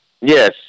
Yes